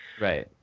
Right